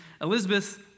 Elizabeth